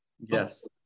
Yes